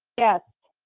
yes.